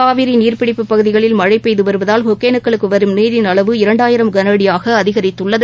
காவிரிநீர்ப்பிடிப்பு பகுதிகளில் மழைபெய்துவருவதால் ஒகேனக்கல்லுக்குவரும் நீரின் அளவு இரண்டாயிரம் கனஅடியாகஅதிகரித்துள்ளது